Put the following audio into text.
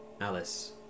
Alice